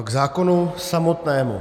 K zákonu samotnému.